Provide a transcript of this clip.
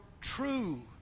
true